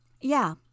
Yeah